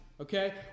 Okay